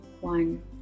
one